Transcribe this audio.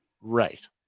Right